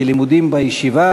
כי לימודים בישיבה,